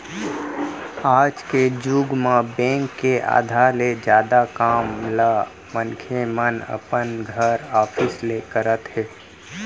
आज के जुग म बेंक के आधा ले जादा काम ल मनखे मन अपन घर, ऑफिस ले करत हे